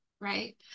right